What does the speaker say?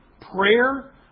prayer